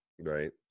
Right